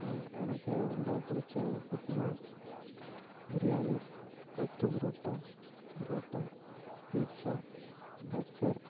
உ எனக்கு ரொம்ப பிடிச்ச ஃபுட்னால் பிரியாணி கொத்து புரோட்டா புரோட்டா பீட்ஸா பர்கர்